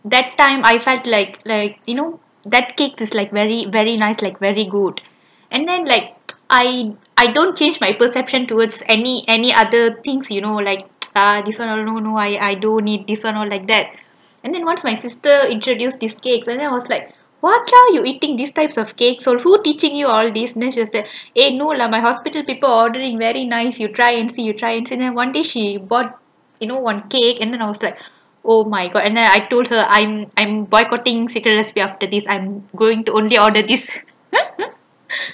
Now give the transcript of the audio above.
that time I felt like like you know that cake is like very very nice like very good and then like I I don't changed my perception towards any any other things you know like ah this [one] no no I I don't need this [one] or like that and then once my sister introduce this cakes and then I was like what are you eating these types of cakes so who teaching you all these then she was like eh no lah my hospital people ordering very nice you try and see you try and see and then one day she bought you know one cake and then I was like oh my god and then I told her I'm I'm boycotting Secret Recipe after this I'm going to only order this